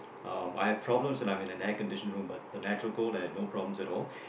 um I have problems when I'm in an air conditioned room but the natural cold I had no problems at all